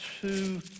two